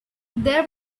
there